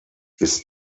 ist